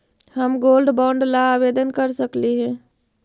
हम gold bond ला आवेदन कर सकली हे?